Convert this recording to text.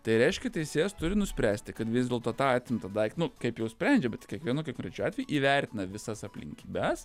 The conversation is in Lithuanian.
tai reiškia teisėjas turi nuspręsti kad vis dėlto tą atimtą daik nu kaip jau sprendžia bet kiekvienu konkrečiu atveju įvertina visas aplinkybes